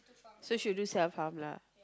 so she will do self harm lah